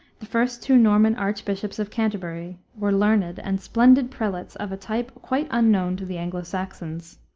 the first two norman archbishops of canterbury, were learned and splendid prelates of a type quite unknown to the anglo-saxons.